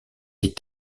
est